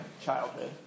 childhood